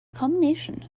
combination